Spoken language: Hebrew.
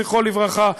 זכרו לברכה,